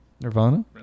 Nirvana